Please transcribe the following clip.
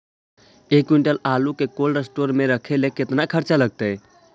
एक क्विंटल आलू के कोल्ड अस्टोर मे रखे मे केतना खरचा लगतइ?